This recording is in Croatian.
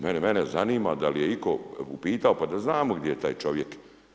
Mene zanima da li je itko upitao pa da znamo gdje je taj čovjek.